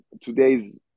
today's